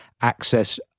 access